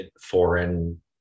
foreign